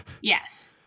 Yes